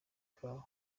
kabo